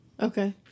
Okay